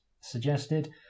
suggested